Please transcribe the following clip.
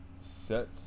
set